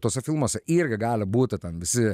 tuose filmuose irgi gali būti ten visi